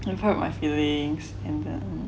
you hurt my feelings